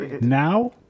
now